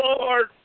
Lord